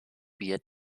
beit